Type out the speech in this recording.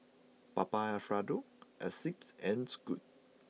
Papa Alfredo Asics and Scoot